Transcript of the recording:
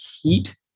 heat